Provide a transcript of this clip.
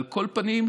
על כל פנים,